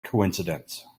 coincidence